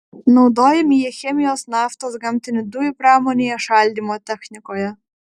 naudojami jie chemijos naftos gamtinių dujų pramonėje šaldymo technikoje